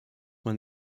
man